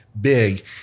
big